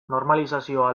normalizazioa